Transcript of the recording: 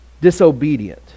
disobedient